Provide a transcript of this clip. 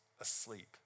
asleep